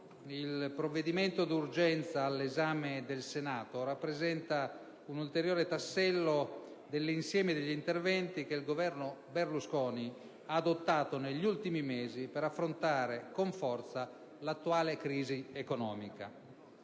il provvedimento d'urgenza all'esame del Senato rappresenta un ulteriore tassello dell'insieme degli interventi che il Governo Berlusconi ha adottato negli ultimi mesi per affrontare con forza l'attuale crisi economica.